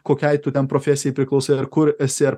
kokiai tu ten profesijai priklausai ar kur esi ar